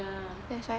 ya